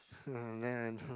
uh then I